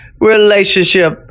relationship